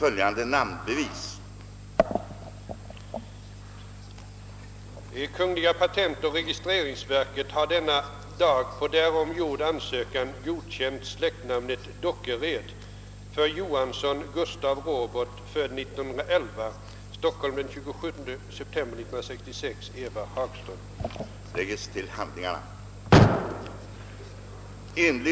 Före oktober månads utgång kommer kammarens ledamöter att tillställas sedvanliga tidsplaner för behandlingen i kamrarna av utskottsutlåtanden.